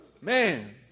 man